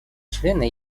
члена